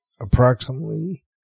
approximately